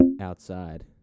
outside